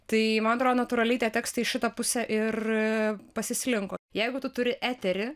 tai man atrodo natūraliai tie tekstai į šitą pusę ir pasislinko jeigu tu turi eterį